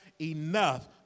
enough